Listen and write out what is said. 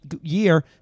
year